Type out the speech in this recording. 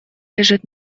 лежит